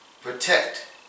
protect